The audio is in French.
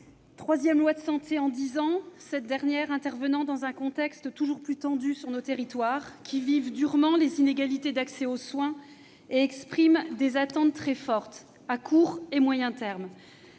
législatif sur la santé en dix ans intervient dans un contexte toujours plus tendu sur nos territoires, qui vivent durement les inégalités d'accès aux soins et expriment des attentes très fortes à court et à moyen termes,